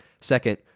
second